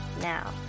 now